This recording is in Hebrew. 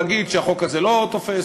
להגיד שהחוק הזה לא תופס,